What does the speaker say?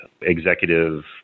executive